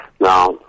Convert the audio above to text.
Now